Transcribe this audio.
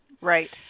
Right